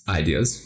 ideas